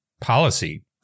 policy